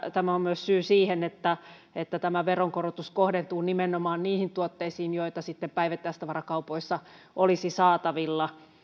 tämä on myös syy siihen että että veronkorotus kohdentuu nimenomaan niihin tuotteisiin joita sitten päivittäistavarakaupoissa olisi saatavilla